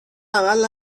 عمل